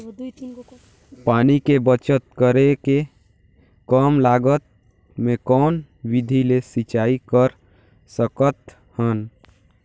पानी के बचत करेके कम लागत मे कौन विधि ले सिंचाई कर सकत हन?